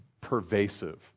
pervasive